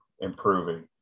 improving